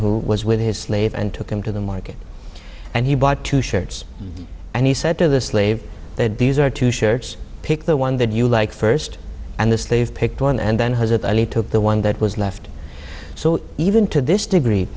who was with his slave and took him to the market and he bought two shirts and he said to the slave that these are two shirts pick the one that you like first and the slave picked one and then has a took the one that was left so even to this degree